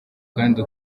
kandi